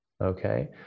Okay